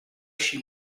she